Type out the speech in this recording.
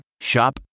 Shop